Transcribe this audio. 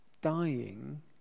Dying